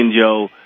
Joe